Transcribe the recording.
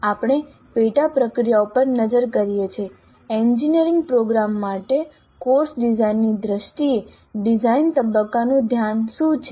આપણે પેટા પ્રક્રિયાઓ પર નજર કરીએ છીએ એન્જિનિયરિંગ પ્રોગ્રામ માટે કોર્સ ડિઝાઇનની દ્રષ્ટિએ ડિઝાઇન તબક્કાનું ધ્યાન શું છે